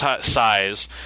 size